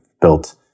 built